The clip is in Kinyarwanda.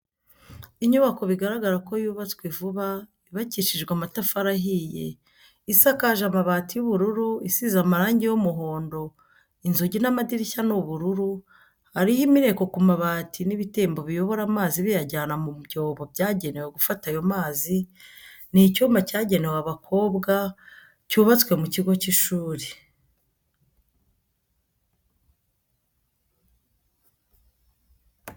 Inyubako bigaragara ko yubatswe vuba yubakishije amatafari ahiye isakaje amabati y'ubururu isize amarangi y'umuhondo inzugi n'amadirishya ni ubururu, hariho imireko ku mabati n'ibitembo biyobora amazi biyajyana mu byobo byagenewe gufata ayo mazi, ni icyumba cyagenewe abakobwa cyubatswe mu kigo cy'ishuri.